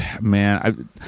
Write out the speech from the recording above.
man